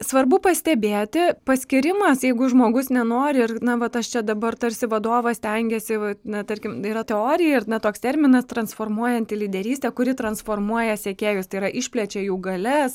svarbu pastebėti paskyrimas jeigu žmogus nenori ir na vat aš čia dabar tarsi vadovas stengiasi na tarkim yra teorija ir na toks terminas transformuojanti lyderystė kuri transformuoja sekėjus tai yra išplečia jų galias